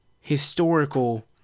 historical